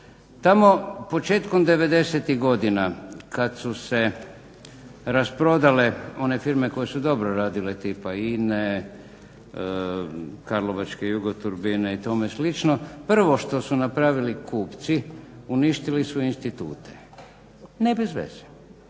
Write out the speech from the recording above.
Tamo početkom devedesetih godina kada su se rasprodale one firme koje su dobro radile tipa INA-e, Karlovačke Jugoturbine i tome slično, prvo što su napravili kupci uništili su institute. Ne bez veze.